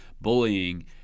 Bullying